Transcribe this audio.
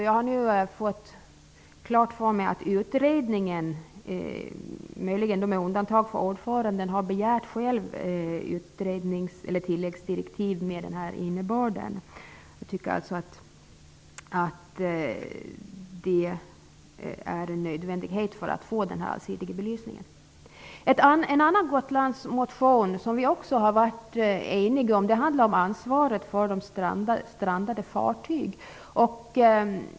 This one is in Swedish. Jag har nu fått klart för mig att utredningen -- möjligen med undantag för ordföranden -- själv har begärt tilläggsdirektiv med denna innebörd. Det är nödvändigt för att få en allsidig belysning. En annan Gotlandsmotion, som vi också har varit eniga om, handlar om ansvaret för de strandade fartygen.